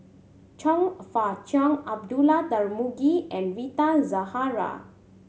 Chong Fah Cheong Abdullah Tarmugi and Rita Zahara